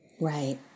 Right